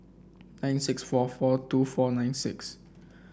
nine six four four two four nine six